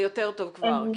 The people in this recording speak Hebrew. זה יותר טוב כבר.